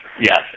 yes